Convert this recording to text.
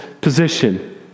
position